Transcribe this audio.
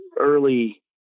early